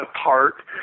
apart